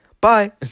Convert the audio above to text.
Bye